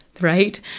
right